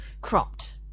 cropped